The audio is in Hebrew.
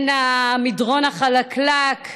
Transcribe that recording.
המדרון החלקלק,